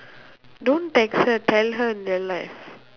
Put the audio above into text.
don't text her tell her in real life